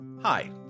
Hi